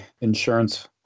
insurance